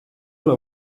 ole